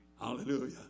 Hallelujah